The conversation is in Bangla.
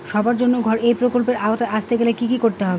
সবার জন্য ঘর এই প্রকল্পের আওতায় আসতে গেলে কি করতে হবে?